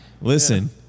Listen